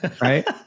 Right